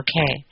okay